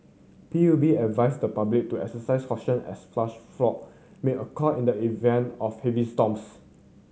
P U B advised the public to exercise caution as flash flood may occur in the event of heavy storms